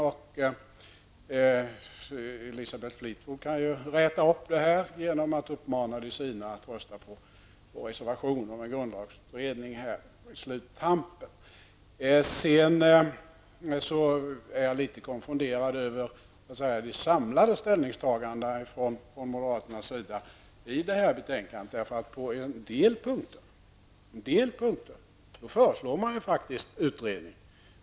Och Elisabeth Fleetwood kan ju så att säga räta upp detta genom att uppmana de sina att rösta på vår reservation om en grundlagsutredning här i sluttampen. Jag är litet konfunderad över de samlade ställningstagandena från moderaterna i detta betänkande. På en del punkter föreslår nämligen moderaterna utredning.